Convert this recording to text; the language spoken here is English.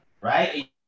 right